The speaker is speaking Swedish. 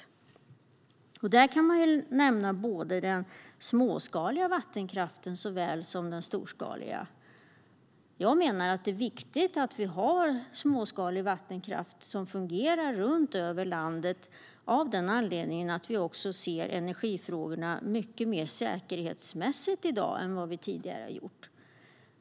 Jag kan nämna den småskaliga vattenkraften såväl som den storskaliga vattenkraften. Jag menar att det är viktigt att det finns fungerande småskalig vattenkraft runt om i landet eftersom vi ser mer säkerhetsmässigt på energifrågorna än tidigare.